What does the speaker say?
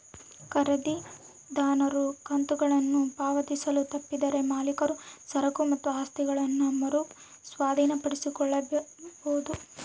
ಖರೀದಿದಾರನು ಕಂತುಗಳನ್ನು ಪಾವತಿಸಲು ತಪ್ಪಿದರೆ ಮಾಲೀಕರು ಸರಕು ಮತ್ತು ಆಸ್ತಿಯನ್ನ ಮರು ಸ್ವಾಧೀನಪಡಿಸಿಕೊಳ್ಳಬೊದು